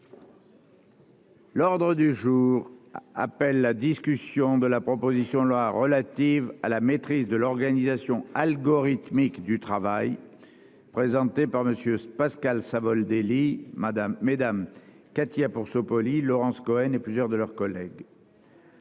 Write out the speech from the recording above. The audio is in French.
L'ordre du jour appelle la discussion de la proposition de loi relative à la maîtrise de l'organisation algorithmique du travail présenté par Monsieur Pascal Savoldelli Madame mesdames Katia pour se Laurence Cohen et plusieurs de leurs collègues.